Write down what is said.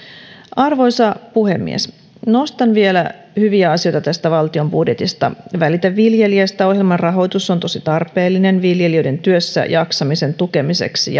arvoisa puhemies nostan vielä hyviä asioita tästä valtion budjetista välitä viljelijästä hankkeen rahoitus on tosi tarpeellinen viljelijöiden työssäjaksamisen tukemiseksi